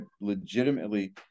Legitimately